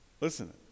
Listen